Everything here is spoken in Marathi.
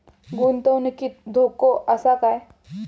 गुंतवणुकीत धोको आसा काय?